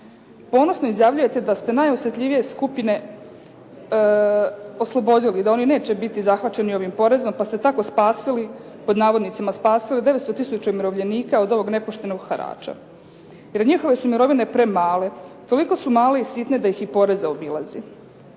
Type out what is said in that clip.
Ponosno izjavljujete da ste najosjetljivije skupine oslobodili, da oni neće biti zahvaćeni ovim porezom pa ste tako "spasili" 900 tisuća umirovljenika od ovog nepoštenog harača jer njihove su mirovine premale. Toliko su male i sitne da ih i porez zaobilazi.